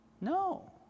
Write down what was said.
No